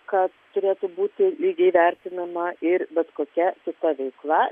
kad turėtų būti lygiai vertinama ir bet kokia kita veikla